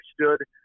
understood